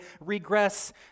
regress